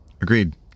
Agreed